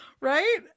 Right